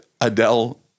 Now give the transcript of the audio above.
Adele